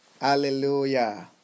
Hallelujah